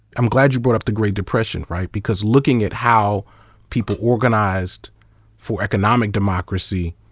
i'm glad you brought up the great depression, right? because looking at how people organized for economic democracy